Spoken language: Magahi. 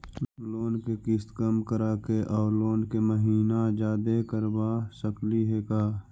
लोन के किस्त कम कराके औ लोन के महिना जादे करबा सकली हे का?